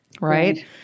Right